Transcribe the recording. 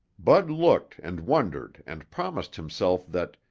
bud looked and wondered and promised himself that,